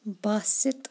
Basit